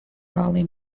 rowley